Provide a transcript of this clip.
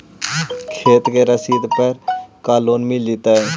खेत के रसिद पर का लोन मिल जइतै?